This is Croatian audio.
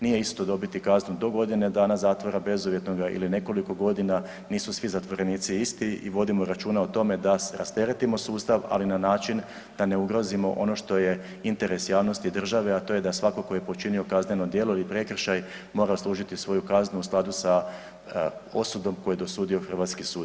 Nije isto dobiti kaznu do godine dana zatvora bezuvjetnoga ili nekoliko godina, nisu svi zatvorenici isti i vodimo računa o tome da rasteretimo sustav, ali na način da ne ugrozimo ono što je interes javnosti države, a to je da svako ko je počinio kazneno djelo i prekršaj mora odslužiti svoju kaznu u skladu sa osudom koju je dosudio hrvatski sud.